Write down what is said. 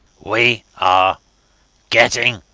we are getting